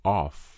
off